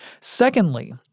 Secondly